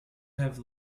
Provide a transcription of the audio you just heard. have